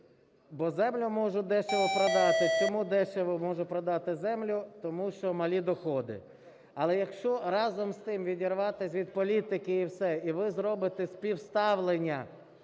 бо землю можуть дешево продати, чому дешево можуть продати землю – тому що малі доходи. Але якщо разом з тим відірватися від політики і все, і ви зробите співставлення